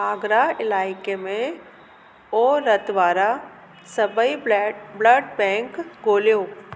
आगरा इलाइके में ओ रत वारा सभई ब्लै ब्लड बैंक ॻोल्हियो